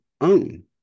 own